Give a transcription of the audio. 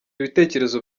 ibitekerezo